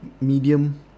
medium